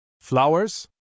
Flowers